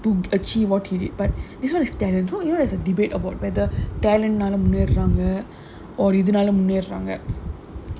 to achieve what he did but this [one] is so there's a debate about whether talent நால முன்னேர்றாங்க:naala munnaerraanga or இதுனால முன்னேர்றாங்க:ithunaala munnaerraanga